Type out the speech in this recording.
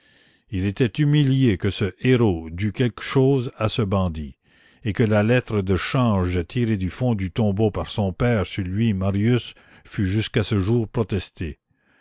il était humilié que ce héros dût quelque chose à ce bandit et que la lettre de change tirée du fond du tombeau par son père sur lui marius fût jusqu'à ce jour protestée